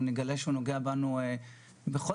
נוגע בנו בכל